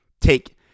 take